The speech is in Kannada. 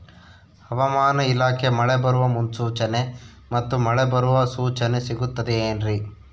ಹವಮಾನ ಇಲಾಖೆ ಮಳೆ ಬರುವ ಮುನ್ಸೂಚನೆ ಮತ್ತು ಮಳೆ ಬರುವ ಸೂಚನೆ ಸಿಗುತ್ತದೆ ಏನ್ರಿ?